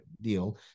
deal